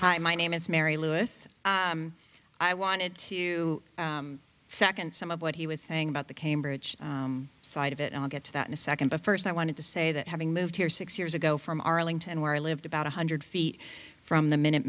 you my name is mary lewis i wanted to second some of what he was saying about the cambridge side of it i'll get to that in a second but first i wanted to say that having moved here six years ago from arlington where i lived about one hundred feet from the minute